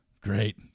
Great